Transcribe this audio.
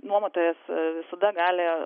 nuomotojas visada gali